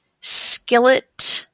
skillet